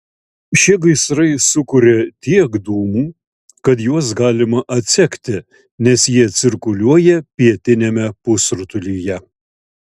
šie gaisrai sukuria tiek dūmų kad juos galima atsekti nes jie cirkuliuoja pietiniame pusrutulyje